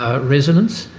ah residence